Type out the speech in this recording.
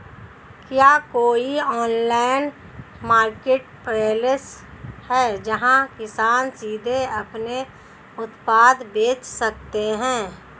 क्या कोई online marketplace है जहां किसान सीधे अपने उत्पाद बेच सकते हैं?